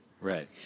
Right